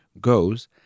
goes